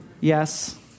Yes